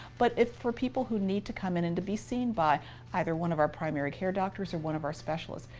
but, if, for people who need to come in and to be seen by either one of our primary care doctors or one of our specialists,